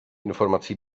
informací